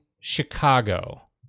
Chicago